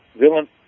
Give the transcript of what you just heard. villain